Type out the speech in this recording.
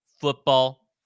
football